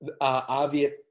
obvious